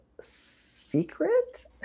secret